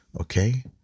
Okay